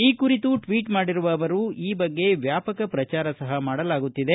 ಈ ಕುರಿತು ಟ್ವೀಟ್ ಮಾಡಿರುವ ಅವರು ಈ ಬಗ್ಗೆ ವ್ಯಾಪಕ ಪ್ರಚಾರ ಸಪ ಮಾಡಲಾಗುತ್ತಿದೆ